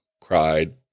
cried